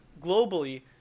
globally